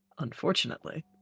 Unfortunately